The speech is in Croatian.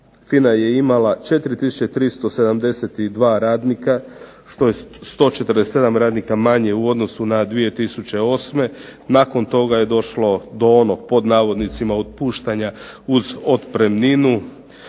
FINA je imala 4372 radnika što je 147 radnika manje u odnosu na 2008. Nakon toga je došlo do onog pod navodnicima otpuštanja uz otpremninu